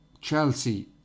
Chelsea